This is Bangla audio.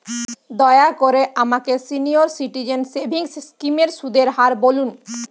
দয়া করে আমাকে সিনিয়র সিটিজেন সেভিংস স্কিমের সুদের হার বলুন